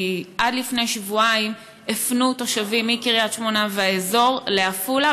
כי עד לפני שבועיים הפנו תושבים מקריית-שמונה והאזור לעפולה,